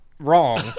wrong